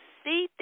see